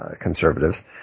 conservatives